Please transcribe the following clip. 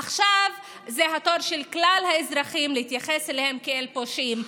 עכשיו זה התור של כלל האזרחים שיתייחסו אליהם כאל פושעים.